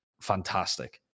fantastic